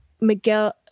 Miguel